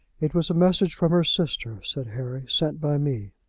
it was a message from her sister, said harry, sent by me.